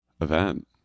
event